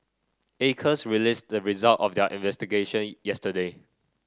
Acres released the result of their investigation yesterday